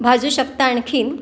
भाजू शकतं आणखी